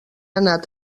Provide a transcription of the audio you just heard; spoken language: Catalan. anat